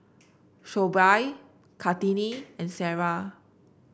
Shoaib Kartini and Sarah